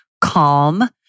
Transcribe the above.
calm